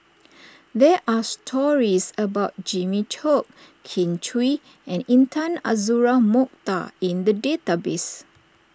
there are stories about Jimmy Chok Kin Chui and Intan Azura Mokhtar in the database